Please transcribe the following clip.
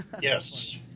Yes